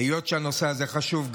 היות שהנושא הזה חשוב,